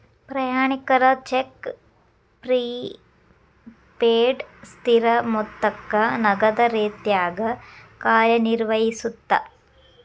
ಪ್ರಯಾಣಿಕರ check prepaid ಸ್ಥಿರ ಮೊತ್ತಕ್ಕ ನಗದ ರೇತ್ಯಾಗ ಕಾರ್ಯನಿರ್ವಹಿಸತ್ತ